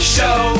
Show